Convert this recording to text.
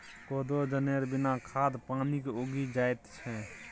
कोदो जनेर बिना खाद पानिक उगि जाएत छै